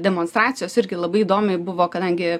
demonstracijos irgi labai įdomiai buvo kadangi